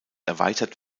erweitert